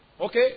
Okay